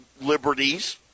liberties